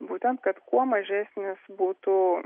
būtent kad kuo mažesnis būtų